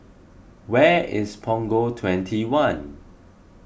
where is Punggol twenty one